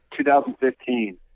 2015